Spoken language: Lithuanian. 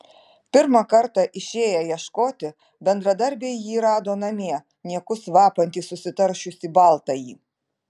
pirmą kartą išėję ieškoti bendradarbiai jį rado namie niekus vapantį susitaršiusį baltąjį